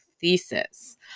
thesis